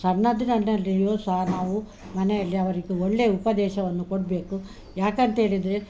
ಸಣ್ಣದ್ದಿ ನನ್ನಲ್ಲಿಯೂ ಸಹ ನಾವು ಮನೆಯಲ್ಲಿ ಅವರಿಗೆ ಒಳ್ಳೆಯ ಉಪದೇಶವನ್ನು ಕೊಡಬೇಕು ಯಾಕಂತೇಳಿದರೆ